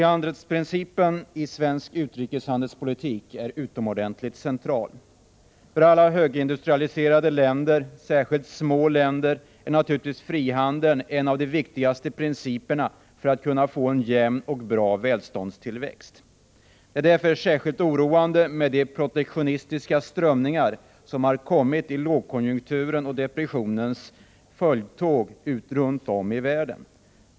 Herr talman! Frihandelsprincipen är utomordentligt central i svensk utrikeshandelspolitik. För alla högindustrialiserade länder, särskilt små länder, är naturligtvis frihandeln en av de viktigaste principerna för att få en jämn och bra välståndstillväxt. Det är därför särskilt oroande att se de protektionistiska strömningar som har följt i lågkonjunkturens och depressionens släptåg runt om i världen.